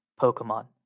Pokemon